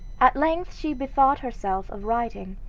at length she bethought herself of writing,